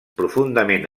profundament